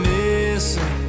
missing